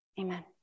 Amen